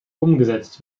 umgesetzt